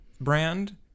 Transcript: brand